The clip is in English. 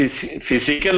physical